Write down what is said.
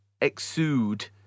Exude